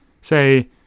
say